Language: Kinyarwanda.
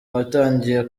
watangiye